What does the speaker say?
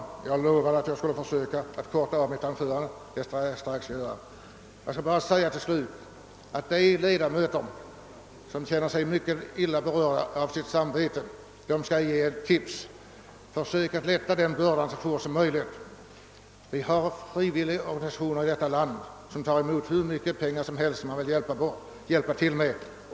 Jag lovade att jag skulle försöka korta av mitt anförande, och jag skall strax sluta. Jag skall bara till slut ge ett tips åt de ledamöter som känner sig illa berörda i sina samveten och försöka lätta deras börda. Vi har frivilliga organisationer i detta land som tar emot hur mycket pengar som helst från dem som vill hjälpa andra.